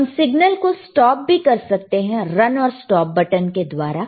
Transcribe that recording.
हम सिग्नल को स्टॉप भी कर सकते हैं रन और स्टॉप बटन के द्वारा